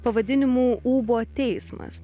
pavadinimu ūbo teismas